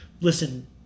Listen